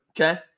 Okay